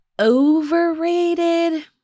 Overrated